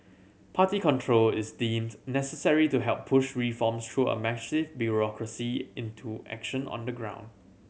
party control is deemed necessary to help push reforms through a massive bureaucracy into action on the ground